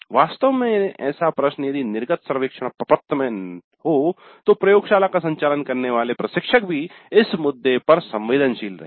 वास्तव में ऐसा प्रश्न यदि निर्गत सर्वेक्षण प्रपत्र में हो तो प्रयोगशाला का संचालन करने वाला प्रशिक्षक भी इस मुद्दे पर संवेदनशील रहेगा